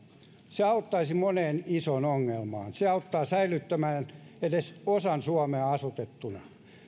se auttaisi moneen isoon ongelmaan se auttaa säilyttämään edes osan suomea asutettuna